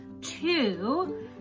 two